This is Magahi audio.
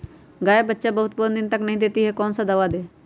गाय बच्चा बहुत बहुत दिन तक नहीं देती कौन सा दवा दे?